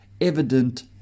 evident